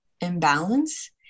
imbalance